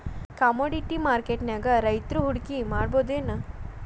Commodity ಮಾರ್ಕೆಟ್ನ್ಯಾಗ್ ರೈತ್ರು ಹೂಡ್ಕಿ ಮಾಡ್ಬಹುದೇನ್?